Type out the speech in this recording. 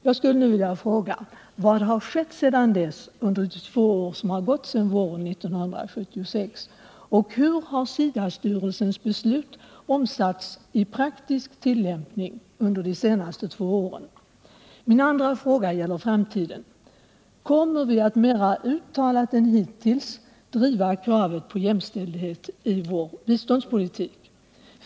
Jag skulle nu vilja fråga: Vad har skett under de två år som gått sedan våren 1976, och hur har SIDA-styrelsens beslut omsatts i praktisk tillämpning under de senaste två åren? Min andra fråga gäller framtiden. Kommer vi att mer uttalat än hittills aktivt driva kravet på jämställdhet i vår biståndspolitik?